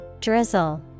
Drizzle